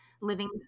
living